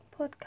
podcast